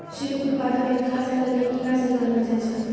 silk उत्पादन एक खास तरह के कीड़ा सॅ करलो जाय छै